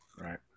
Right